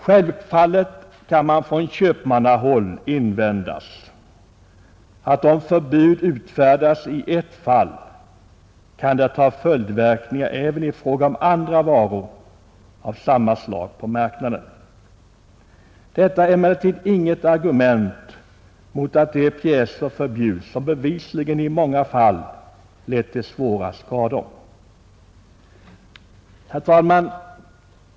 Självfallet kan man från köpmannahåll invända att om förbud utfärdas i ett fall kan det ha följdverkningar på marknaden även i fråga om andra varor av samma slag. Detta är emellertid inget argument mot att de pjäser förbjuds som bevisligen i många fall lett till svåra skador. Herr talman!